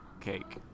cake